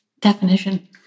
Definition